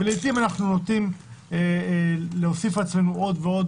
ולעתים אנחנו נוטים להוסיף לעצמנו עוד ועוד